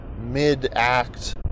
mid-act